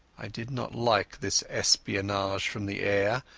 i did not like this espionage from the air,